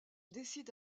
décide